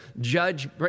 judge